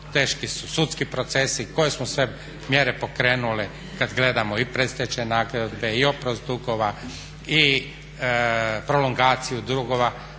teški su sudski procesi, koje smo sve mjere pokrenuli kad gledamo i predstečajne nagodbe i oprost dugova i prolongaciju dugova